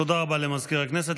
תודה רבה למזכיר הכנסת.